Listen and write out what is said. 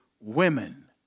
women